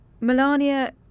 Melania